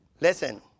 Listen